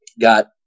got